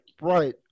right